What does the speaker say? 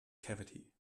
cavity